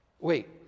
Wait